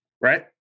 right